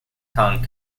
kong